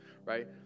right